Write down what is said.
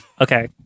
Okay